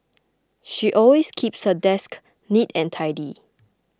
she always keeps her desk neat and tidy